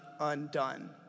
undone